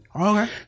Okay